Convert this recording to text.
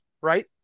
right